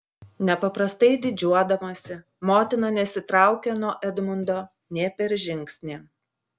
nepaprastai didžiuodamasi motina nesitraukė nuo edmundo nė per žingsnį